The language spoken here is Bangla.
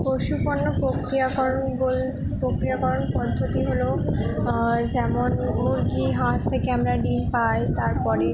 পশুপালন প্রক্রিয়াকরণ প্রক্রিয়াকরণ পদ্ধতি হলো যেমন মুরগি হাঁস থেকে আমরা ডিম পাই তার পরে